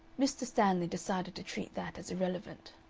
mr. stanley decided to treat that as irrelevant.